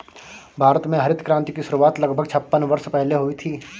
भारत में हरित क्रांति की शुरुआत लगभग छप्पन वर्ष पहले हुई थी